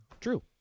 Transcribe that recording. True